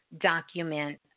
document